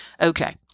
Okay